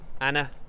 Anna